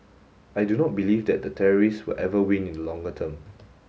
I do not believe that the terrorists will ever win in the longer term